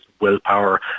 willpower